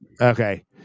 Okay